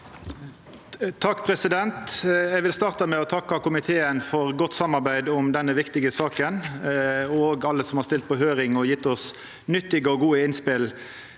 for saka): Eg vil starta med å takka komiteen for godt samarbeid om denne viktige saka, og alle som har stilt på høyring og gjeve oss nyttige og gode innspel.